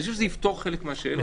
אני חושב שזה יפתור חלק מהשאלות.